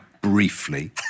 briefly